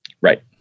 Right